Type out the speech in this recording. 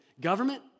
government